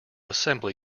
assembly